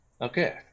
okay